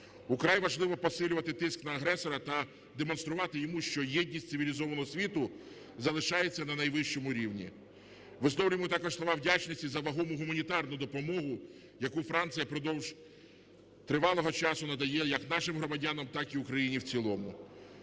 Вкрай важливо посилювати тиск на агресора та демонструвати йому, що єдність цивілізованого світу залишається на найвищому рівні. Висловлюємо також слова вдячності за вагому гуманітарну допомогу, яку Франція впродовж тривалого часу надає як нашим громадянам, так і Україні в цілому.